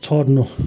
छोड्नु